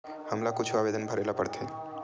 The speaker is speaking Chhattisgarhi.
हमला कुछु आवेदन भरेला पढ़थे?